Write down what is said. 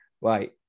right